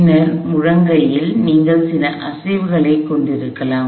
பின்னர் முழங்கையில் நீங்கள் சில அசைவுகளைக் கொண்டிருக்கலாம்